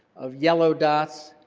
of yellow dots.